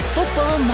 Football